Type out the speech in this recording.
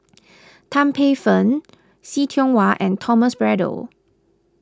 Tan Paey Fern See Tiong Wah and Thomas Braddell